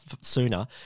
sooner